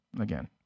Again